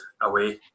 away